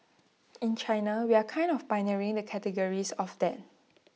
in China we are kind of pioneering the categories of that